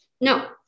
No